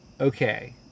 okay